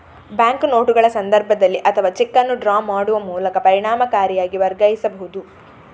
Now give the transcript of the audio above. bank ನೋಟುಗಳ ಸಂದರ್ಭದಲ್ಲಿ ಅಥವಾ ಚೆಕ್ ಅನ್ನು ಡ್ರಾ ಮಾಡುವ ಮೂಲಕ ಪರಿಣಾಮಕಾರಿಯಾಗಿ ವರ್ಗಾಯಿಸಬಹುದು